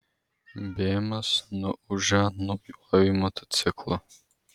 bėmas nuūžė naujuoju motociklu